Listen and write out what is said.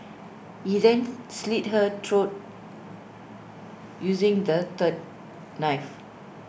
he then slit her throat using the third knife